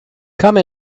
come